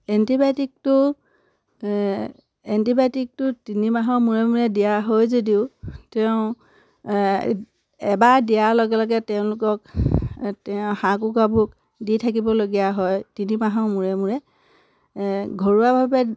এণ্টিবায়'টিকটো এণ্টিবায়'টিকটো তিনিমাহৰ মূৰে মূৰে দিয়া হয় যদিও তেওঁ এবাৰ দিয়াৰ লগে লগে তেওঁলোকক তেওঁ হাঁহ কুকুৰাবোৰক দি থাকিবলগীয়া হয় তিনিমাহৰ মূৰে মূৰে ঘৰুৱাভাৱে